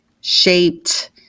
shaped